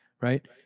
right